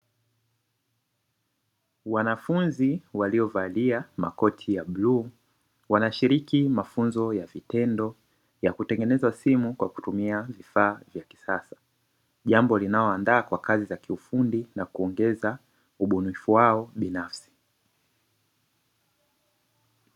Wanafunzi waliovalia makoti ya bluu, wanashiriki mafunzo ya vitendo ya kutengeneza simu kwa kutumia vifaa vya kisasa, jambo linalowaandaa kwa kazi za kiufundi na kuongeza ubunifu wao binafsi.